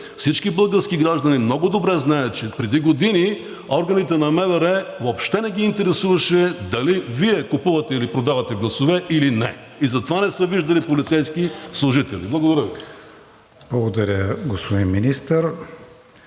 всички български граждани много добре знаят, че преди години органите на МВР въобще не ги интересуваше дали Вие купувате, или продавате гласове или не и затова не са виждали полицейски служители. Благодаря Ви.